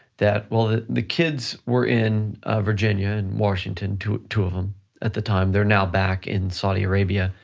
that. well, the kids were in virginia and washington, two two of them at the time. they are now back in saudi arabia,